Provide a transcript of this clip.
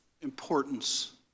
importance